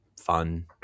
fun